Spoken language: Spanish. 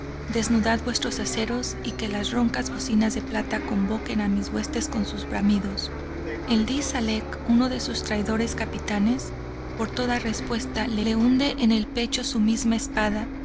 desnudad vuestros aceros y que las roncas bocinas de plata convoquen a mis huestes con sus bramidos eldi salek uno de sus traidores capitanes por toda respuesta le hunde en el pecho sus misma espada